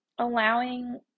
allowing